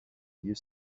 you